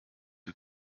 who